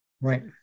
Right